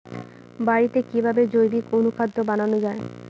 বাড়িতে কিভাবে জৈবিক অনুখাদ্য বানানো যায়?